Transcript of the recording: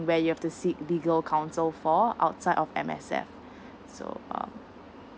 where you have to seek legal counsel for outside of M_S_F so uh